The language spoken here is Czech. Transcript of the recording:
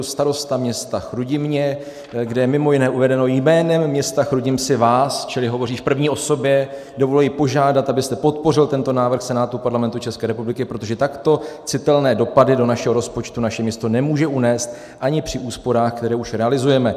Starosta města Chrudimi, kde je mimo jiné uvedeno, jménem města Chrudim si vás čili hovoří v první osobě dovoluji požádat, abyste podpořil tento návrh Senátu Parlamentu České republiky, protože takto citelné dopady do našeho rozpočtu naše město nemůže unést ani při úsporách, které už realizujeme.